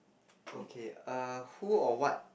okay err who or what